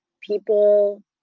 people